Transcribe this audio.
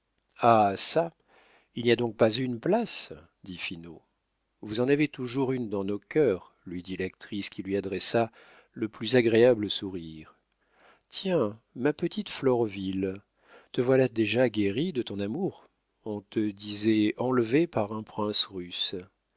ah çà il n'y a donc pas une place dit finot vous en avez toujours une dans nos cœurs lui dit l'actrice qui lui adressa le plus agréable sourire tiens ma petite florville te voilà déjà guérie de ton amour on te disait enlevée par un prince russe